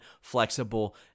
flexible